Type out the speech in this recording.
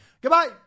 Goodbye